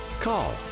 call